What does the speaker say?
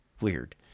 Weird